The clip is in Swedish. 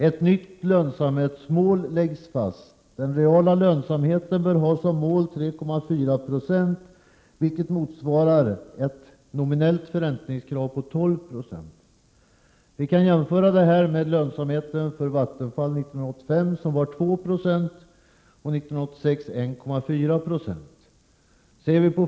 Ett nytt lönsamhetsmål läggs fast: den reala lönsamheten bör ha som mål 3,4 90, vilket motsvarar ett nominellt förräntningskrav om 12 26. Detta kan jämföras med att Vattenfalls lönsamhet 1985 var 2 90 och 1986 var 1,4 90.